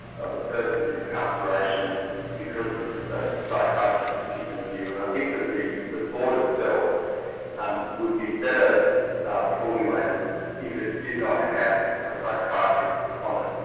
of a person's incarceration because of the psychiatrist's particular view, and i think that the the board itself um would be better ah formulated if it did not have a psychiatrist ah